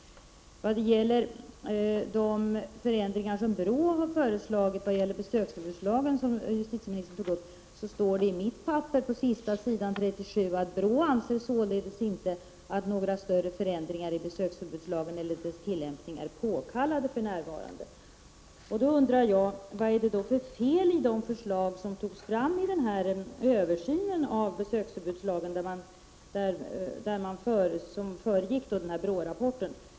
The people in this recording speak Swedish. Beträffande de förändringar som BRÅ har föreslagit när det gäller besöksförbudslagen, som justitieministern tog upp, står det på sista sidan i BRÅ-rapporten att BRÅ således inte anser att några större förändringar i besöksförbudslagen eller dess tillämpning är påkallade för närvarande. Jag undrar vad det är för fel på de förslag som togs fram i den översyn av besöksförbudslagen som föregick BRÅ-rapporten.